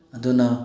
ꯑꯗꯨꯅ